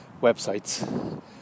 websites